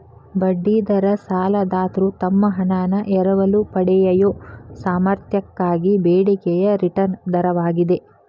ಬಡ್ಡಿ ದರ ಸಾಲದಾತ್ರು ತಮ್ಮ ಹಣಾನ ಎರವಲು ಪಡೆಯಯೊ ಸಾಮರ್ಥ್ಯಕ್ಕಾಗಿ ಬೇಡಿಕೆಯ ರಿಟರ್ನ್ ದರವಾಗಿದೆ